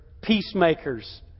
peacemakers